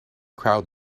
crowd